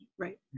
Right